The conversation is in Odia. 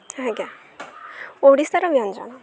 ଆଜ୍ଞା ଓଡ଼ିଶାର ବ୍ୟଞ୍ଜନ